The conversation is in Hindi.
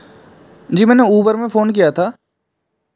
जी मैंने उबर में फोन किया था